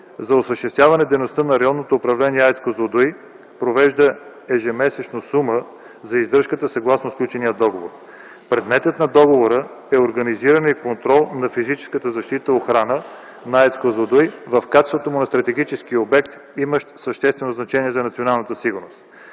За осъществяване дейността на районното управление, АЕЦ „Козлодуй” превежда ежемесечна сума за издръжката, съгласно сключеният договор. Предметът на договора е организиране и контрол на физическата защита и охрана на АЕЦ „Козлодуй” в качеството му на стратегически обект, имащ съществено значение за националната сигурност.